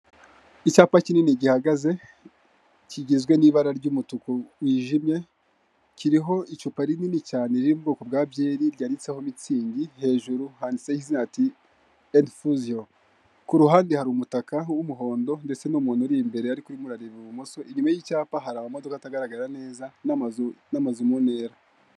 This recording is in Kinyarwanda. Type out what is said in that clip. Icyapa kinini gihagaze, kigizwe n'ibara ry'umutuku wijimye, kiriho icupa rinini cyane riri mu bwoko bwa byeri, ryanditseho mitsingi. Hejuru handitseho izina "endi fuziyo". Ku ruhande hari umutaka w'umuhondo ndetse n'umuntu uri imbere, ariko urimo urareba ibumoso. Inyuma y'icyapa hari amamodoka agaragara neza n'amazu, n'amazi mu ntera.